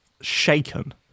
shaken